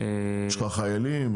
יש לך חיילים,